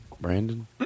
Brandon